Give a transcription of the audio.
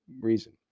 reason